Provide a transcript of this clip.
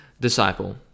disciple